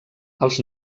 els